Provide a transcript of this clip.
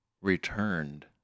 returned